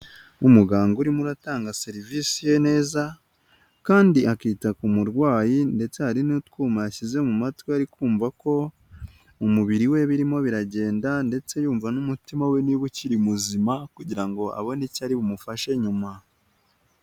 Umuganga urimo uratanga serivisi ye neza, kandi akita ku murwayi, ndetse hari n'utwuma yashyize mu matwi ari kumva ko mubiri we birimo biragenda, ndetse yumva n'umutima we niba ukiri muzima, kugira ngo abone icyo ari bumufashe nyuma.